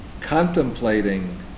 contemplating